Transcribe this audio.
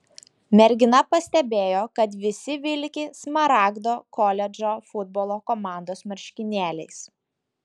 mergina pastebėjo kad visi vilki smaragdo koledžo futbolo komandos marškinėliais